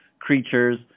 Creatures